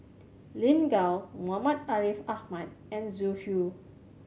Lin Gao Muhammad Ariff Ahmad and Zhu Xu